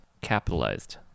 capitalized